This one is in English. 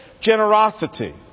generosity